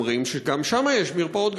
שגם שם יש מרפאות,